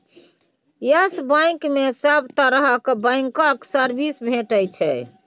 yes bank मे सब तरहक बैंकक सर्विस भेटै छै